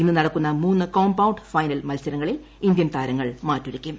ഇന്ന് നടക്കുന്ന മൂന്ന് കോമ്പൌണ്ട് ഫൈനൽ മത്സരങ്ങളിൽ ഇന്ത്യൻ താരങ്ങൾ മാറ്റുരയ്ക്കും